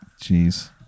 jeez